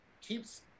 Keeps